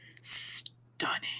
stunning